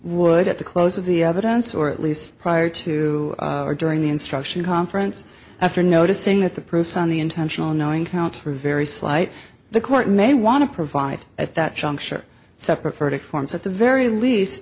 would at the close of the evidence or at least prior to or during the instruction conference after noticing that the proofs on the intentional knowing counts for very slight the court may want to provide at that juncture separate verdict forms at the very least